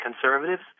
conservatives